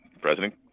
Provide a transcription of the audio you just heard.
President